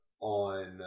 on